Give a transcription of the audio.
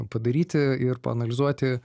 padaryti ir paanalizuoti